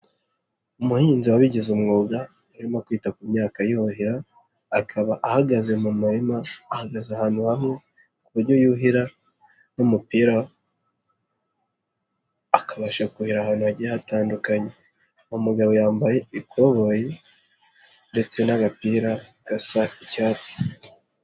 Umuhinzi wabigize umwuga arimo kwita ku myaka yuhira, akaba ahagaze mu murima ahagaze ahantu hamwe ku buryo yuhira n'umupira akabasha kuhira ahantu hagiye hatandukanye, uwo mugabo yambaye ikoboyi ndetse n'agapira gasa icyatsi.